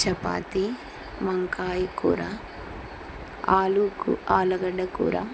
చపాతి వంకాయ కూర ఆలు కూ ఆలుగడ్డ కూర